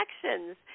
connections